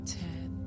ten